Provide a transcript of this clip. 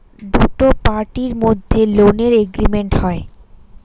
দুটো পার্টির মধ্যে লোনের এগ্রিমেন্ট হয়